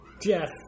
Jeff